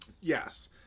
Yes